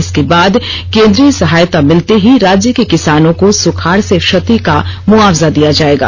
इसके बाद केंद्रीय सहायता मिलते ही राज्य के किसानों को सुखाड़ से क्षति का मुआवजा दिया जायेगा